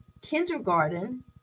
kindergarten